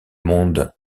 monde